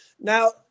Now